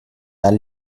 tal